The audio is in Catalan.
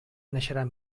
naixeran